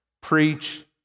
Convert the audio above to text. Preach